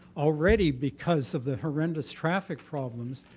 already because of the horrendous traffic problems,